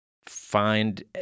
Find